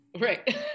right